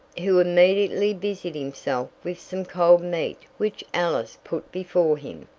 who immediately busied himself with some cold meat which alice put before him.